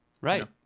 right